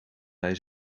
hij